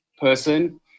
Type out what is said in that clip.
person